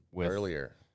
earlier